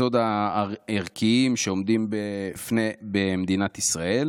היסודות הערכיים שעומדים במדינת ישראל.